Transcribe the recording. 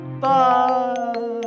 Bye